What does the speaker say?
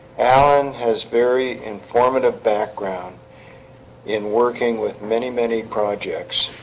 allen has very informative background in working with many many projects